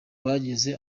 bageze